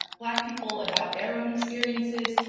black people about their own experiences,